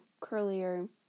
curlier